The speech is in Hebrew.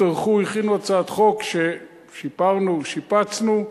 טרחו, הכינו הצעת חוק ששיפרנו, שיפצנו,